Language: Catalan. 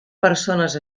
persones